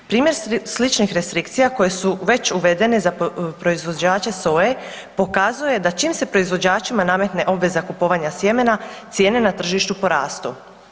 Primjer sličnih restrikcija koje su već uvedena za proizvođače soje, pokazuje da čim se proizvođačima nametne obveza kupovanja sjemena, cijene na tržištu porastu.